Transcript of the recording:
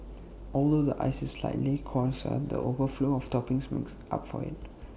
although the ice is slightly coarser the overflow of toppings makes up for IT